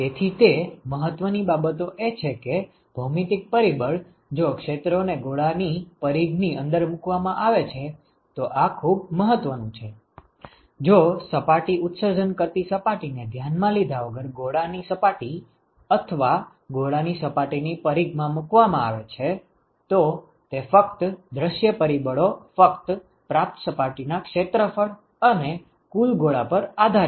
તેથી તે મહત્વની બાબતો એ છે કે ભૌમિતિક પરિબળ જો ક્ષેત્રોને ગોળા ની પરિઘ ની અંદર મૂકવામાં આવે છે તો આ ખૂબ મહત્વનું છે જો સપાટી ઉત્સર્જન કરતી સપાટીને ધ્યાનમાં લીધા વગર ગોળા ની સપાટી અથવા ગોળા ની સપાટીની પરિઘ માં મૂકવામાં આવે છે તો તે ફક્ત દૃશ્ય પરિબળો ફક્ત પ્રાપ્ત સપાટીના ક્ષેત્રફળ અને કુલ ગોળા પર આધારિત છે